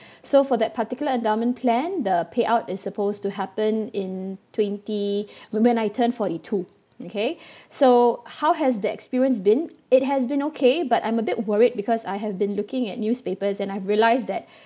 so for that particular endowment plan the payout is supposed to happen in twenty wh~ when I turned forty two okay so how has the experience been it has been okay but I'm a bit worried because I have been looking at newspapers and I realise that